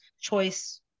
choice